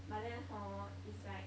but then hor it's like